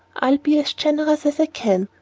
i'll be as generous as i can,